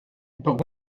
but